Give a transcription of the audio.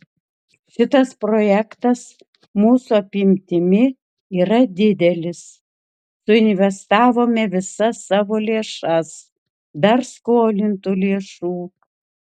šitas projektas mūsų apimtimi yra didelis suinvestavome visas savo lėšas dar skolintų lėšų